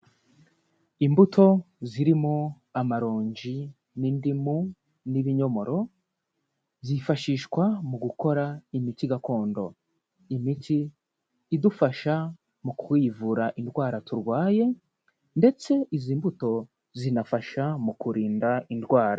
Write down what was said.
Imbuto zirimo amaronji n'indimu n'ibinyomoro byifashishwa mu gukora imiti gakondo, imiti idufasha mu kwivura indwara turwaye ndetse izi mbuto zinafasha mu kurinda indwara.